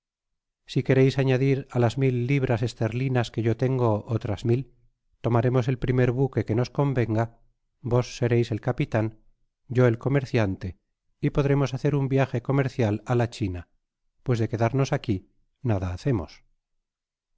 si quereis añadir á las mil libras esterlinas que yo tengo otras mil tomaremos eí primer buque que nos convenga vos sereis el capitan yo el comerciante y podremos hacer un viaje comercial k ia china pues de quedarnos aquí nada hacemos